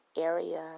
area